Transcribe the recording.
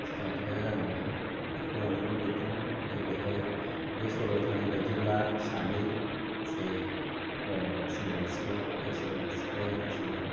जाथाया जालांनायमोन बेखौ लानानैनो लिरदोंमोन बे बिहाय बे सल'आव थानायबायदिब्ला सानै जे ओ सेंग्रा सिख्ला बे सेंग्रा सिख्लाया जोबोद